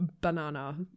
banana